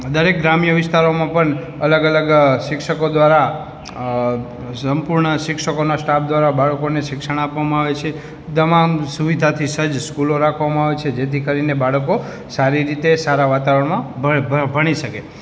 દરેક ગ્રામ્ય વિસ્તારોમાં પણ અલગ અલગ શિક્ષકો દ્વારા અ સંપૂર્ણ શિક્ષકોના સ્ટાફ દ્વારા બાળકોને શિક્ષણ આપવામાં આવે છે તમામ સુવિધાથી સજ્જ સ્કૂલો રાખવામાં આવે છે જેથી કરીને બાળકો સારી રીતે સારાં વાતાવરણમાં ભ ભ ભણી શકે